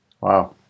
Wow